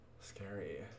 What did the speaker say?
Scary